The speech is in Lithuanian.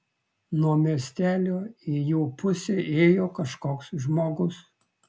nuo miestelio į jų pusę ėjo kažkoks žmogus